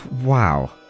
Wow